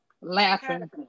Laughing